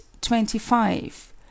twenty-five